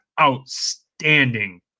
outstanding